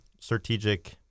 strategic